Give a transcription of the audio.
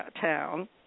Town